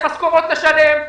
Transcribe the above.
יש משכורות לשלם,